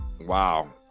Wow